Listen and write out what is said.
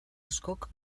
askok